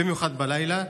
במיוחד בלילה.